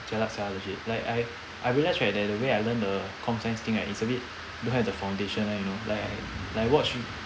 jialat sia legit like I I realised right that the way I learn the comp science thing right is a bit don't have the foundation [one] you know like I like I watch